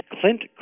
Clint